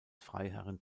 freiherren